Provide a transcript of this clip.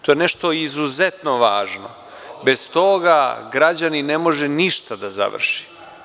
To je nešto izuzetno važno, bez toga građanin ne može ništa da završi.